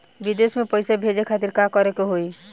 विदेश मे पैसा भेजे खातिर का करे के होयी?